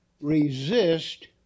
resist